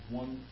one